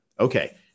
Okay